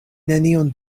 nenion